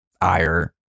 ire